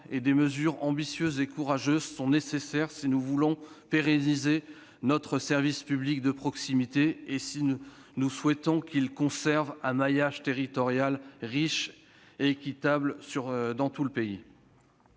Des mesures ambitieuses et courageuses sont nécessaires si nous voulons pérenniser notre service public de proximité, en particulier si nous souhaitons qu'il conserve un maillage territorial riche et équitable dans tout le pays.